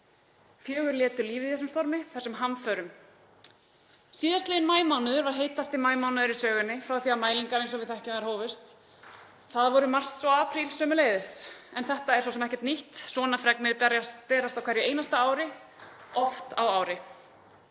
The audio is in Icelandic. Fjögur létu lífið í þessu stormi, í þessum hamförum. Síðastliðinn maímánuður var heitasti maímánuður í sögunni frá því að mælingar eins og við þekkjum þær hófust. Það voru mars og apríl sömuleiðis. En þetta er svo sem ekkert nýtt, svona fregnir berast á hverju einasta ári, oft á ári.